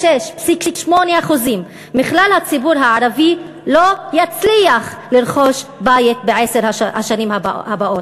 היא ש-46.8% מכלל הציבור הערבי לא יצליחו לרכוש בית בעשר השנים הבאות.